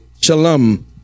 shalom